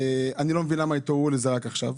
אני לא מבין למה התעוררו רק עכשיו.